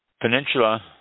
Peninsula